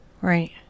Right